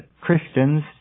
Christians